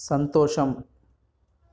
సంతోషం